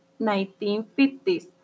1950s